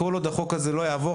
כל עוד החוק הזה לא יעבור,